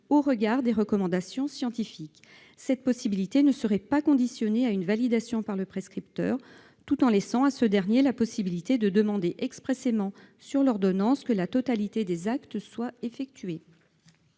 au regard des recommandations scientifiques. Cette possibilité ne serait pas subordonnée à une validation par le prescripteur, même si ce dernier conserverait la possibilité de demander expressément sur l'ordonnance que la totalité des actes soit effectuée.